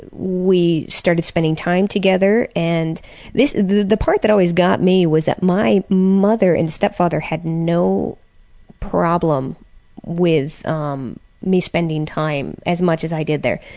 we started spending time together and the the part that always got me was that my mother and stepfather had no problem with um me spending time, as much as i did then.